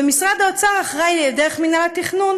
ומשרד האוצר אחראי דרך מינהל התכנון